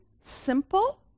simple